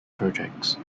projects